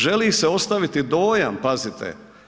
Želi se ostaviti dojam, pazite.